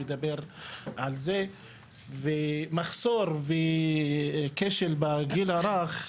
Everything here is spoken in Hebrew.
מדבר על זה ומחסור וכשל בגיל הרך,